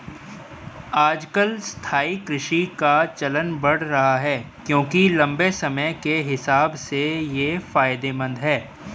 आजकल स्थायी कृषि का चलन बढ़ रहा है क्योंकि लम्बे समय के हिसाब से ये फायदेमंद है